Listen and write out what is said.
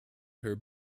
her